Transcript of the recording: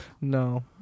No